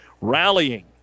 rallying